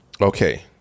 Okay